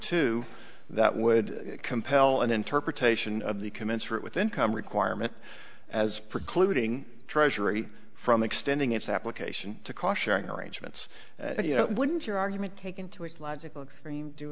two that would compel an interpretation of the commensurate with income requirement as precluding treasury from extending its application to caution arrangements you know wouldn't your argument taken to its logical extreme do